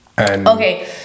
Okay